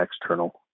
external